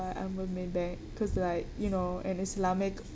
I I'm with Maybank cause like you know an islamic